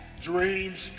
dreams